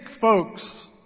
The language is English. folks